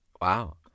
Wow